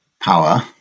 power